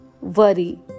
worry